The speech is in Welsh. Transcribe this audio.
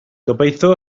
gobeithio